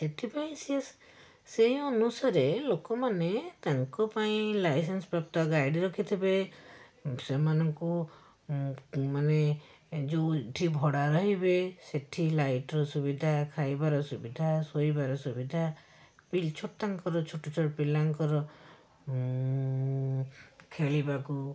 ସେଥିପାଇଁ ସିଏ ସେହି ଅନୁସାରେ ଲୋକମାନେ ତାଙ୍କ ପାଇଁ ଲାଇସେନ୍ସ ପ୍ରାପ୍ତ ଗାଇଡ଼ ରଖିଥିବେ ସେମାନଙ୍କୁ ମାନେ ଏ ଯେଉଁଠି ଭଡ଼ା ରହିବେ ସେଇଠି ଲାଇଟ୍ର ସୁବିଧା ଖାଇବାର ସୁବିଧା ଶୋଇବାର ସୁବିଧା ଛୋଟ ତାଙ୍କର ଛୋଟଛୋଟ ପିଲାଙ୍କର ଖେଳିବାକୁ